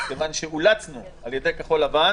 כיוון שאולצנו על ידי כחול לבן,